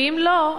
ואם לא,